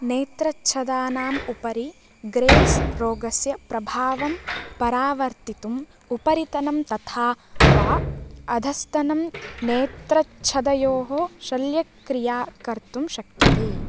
नेत्रच्छदानाम् उपरि ग्रेव्स् रोगस्य प्रभावं परावर्तितुम् उपरितनं तथा वा अधस्तनं नेत्रच्छदयोः शल्यक्रिया कर्तुं शक्यते